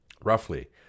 Roughly